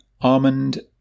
almond